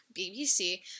BBC